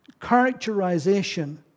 characterization